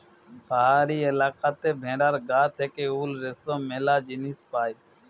পাহাড়ি এলাকাতে ভেড়ার গা থেকে উল, রেশম ম্যালা জিনিস পায়